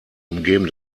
umgeben